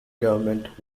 government